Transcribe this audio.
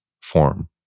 form